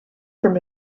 from